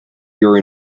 your